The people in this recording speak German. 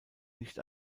nicht